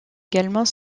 également